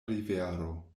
rivero